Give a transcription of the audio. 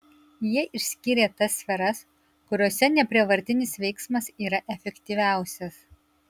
jie išskyrė tas sferas kuriose neprievartinis veiksmas yra efektyviausias